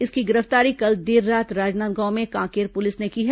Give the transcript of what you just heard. इसकी गिरफ्तारी कल देर रात राजनांदगांव में कांकेर पुलिस ने की है